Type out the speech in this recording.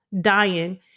dying